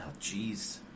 jeez